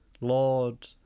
Lord